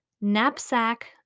knapsack